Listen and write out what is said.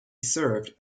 served